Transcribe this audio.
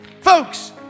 folks